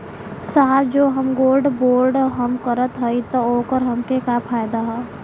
साहब जो हम गोल्ड बोंड हम करत हई त ओकर हमके का फायदा ह?